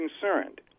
concerned